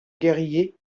guerrier